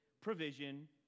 provision